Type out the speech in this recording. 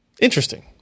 Interesting